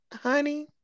honey